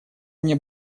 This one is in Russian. мне